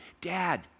Dad